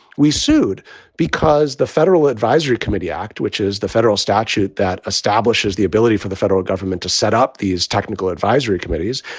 we sued because the federal advisory committee act, which is the federal statute that establishes the ability for the federal government to set up these technical advisory committees,